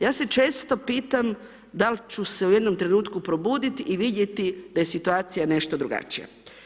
Ja se često pitam, da li ću se u jednom trenutku probuditi i vidjeti da je situacija nešto drugačija.